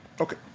Okay